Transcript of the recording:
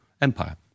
empire